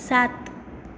सात